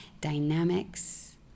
dynamics